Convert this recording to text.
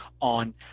on